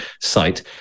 site